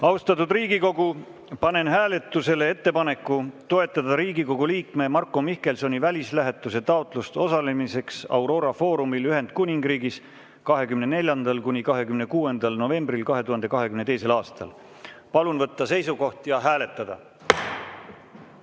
juurde. Austatud Riigikogu, panen hääletusele ettepaneku toetada Riigikogu liikme Marko Mihkelsoni välislähetuse taotlust osalemiseks Aurora foorumil Ühendkuningriigis 24.–26. novembril 2022. aastal. Palun võtta seisukoht ja hääletada!